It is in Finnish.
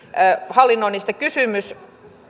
hallinnoinnissa kysymys